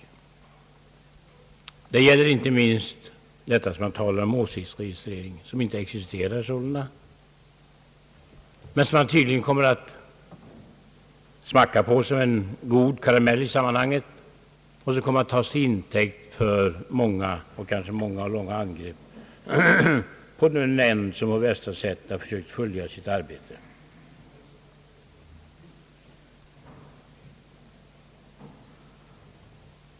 Detta gäller inte minst talet om åsiktsregistreringen, som alltså inte existerar, men som man tydligen kommer att smacka på som en god karamell i sammanhanget och som kommer att tas till intäkt för många och långa angrepp på en nämnd, som på bästa sätt sökt fullgöra sitt arbete.